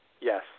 Yes